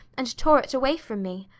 and tore it away from me.